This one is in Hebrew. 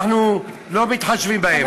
אנחנו לא מתחשבים בהם.